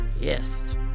Yes